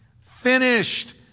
finished